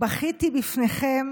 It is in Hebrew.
בכיתי בפניכם